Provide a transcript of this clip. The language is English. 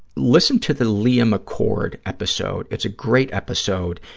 listen to the lia mccord episode. it's a great episode,